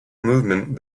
movement